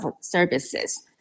services